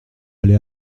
aller